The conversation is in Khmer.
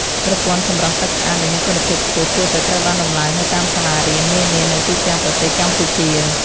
ប្រព័ន្ធចម្រោះទឹកស្អាតដែលមានគុណភាពខ្ពស់គួរតែត្រូវបានដំឡើងនៅតាមសាលារៀននានានៅទូទាំងប្រទេសកម្ពុជា។